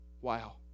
Wow